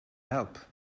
help